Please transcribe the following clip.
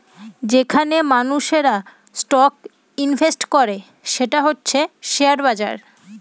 যেইখানে মানুষেরা stock invest করে সেটা হচ্ছে শেয়ার বাজার